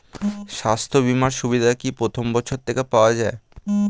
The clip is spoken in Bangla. স্বাস্থ্য বীমার সুবিধা কি প্রথম বছর থেকে পাওয়া যায়?